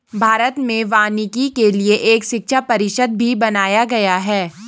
भारत में वानिकी के लिए एक शिक्षा परिषद भी बनाया गया है